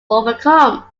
overcome